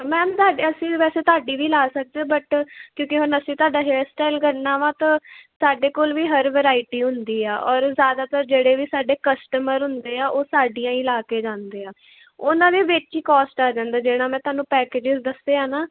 ma'am ਤੁਹਾਡੇ ਅਸੀਂ ਵੈਸੇ ਤੁਹਾਡੀ ਵੀ ਲਾ ਸਕਦੇ ਹੋ ਬਟ ਕਿਉਂਕਿ ਹੁਣ ਅਸੀਂ ਤੁਹਾਡਾ ਹੇਅਰ ਸਟਾਈਲ ਕਰਨਾ ਵਾ ਤਾਂ ਸਾਡੇ ਕੋਲ ਵੀ ਹਰ ਵਰਾਇਟੀ ਹੁੰਦੀ ਆ ਔਰ ਜ਼ਿਆਦਾਤਰ ਜਿਹੜੇ ਵੀ ਸਾਡੇ ਕਸਟਮਰ ਹੁੰਦੇ ਆ ਉਹ ਸਾਡੀਆਂ ਹੀ ਲਾ ਕੇ ਜਾਂਦੇ ਆ ਉਹਨਾਂ ਦੇ ਵਿੱਚ ਹੀ ਕੋਸਟ ਆ ਜਾਂਦਾ ਜਿੱਦਾਂ ਮੈਂ ਤੁਹਾਨੂੰ ਪੇਕੇਜਿਜ ਦੱਸੇ ਆ ਨਾ